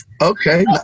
Okay